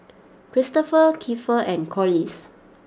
Christoper Keifer and Corliss